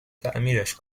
تعمیرش